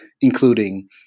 including